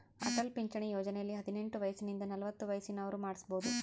ಅಟಲ್ ಪಿಂಚಣಿ ಯೋಜನೆಯಲ್ಲಿ ಹದಿನೆಂಟು ವಯಸಿಂದ ನಲವತ್ತ ವಯಸ್ಸಿನ ಅವ್ರು ಮಾಡ್ಸಬೊದು